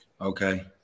Okay